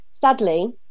sadly